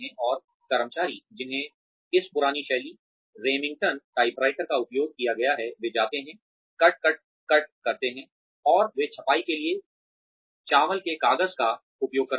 और कर्मचारी जिन्हें इस पुरानी शैली रेमिंगटन टाइपराइटर का उपयोग किया गया है वे जाते हैं कट कट कट करते हैं और वे छपाई के लिए चावल के काग़ज़ का उपयोग करते हैं